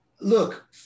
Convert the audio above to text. Look